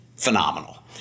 Phenomenal